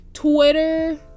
Twitter